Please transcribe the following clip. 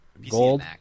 gold